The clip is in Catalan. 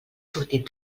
sortit